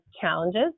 challenges